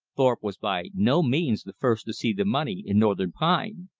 thorpe was by no means the first to see the money in northern pine.